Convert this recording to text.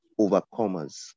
overcomers